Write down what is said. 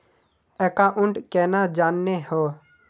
Account केना जाननेहव?